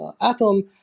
atom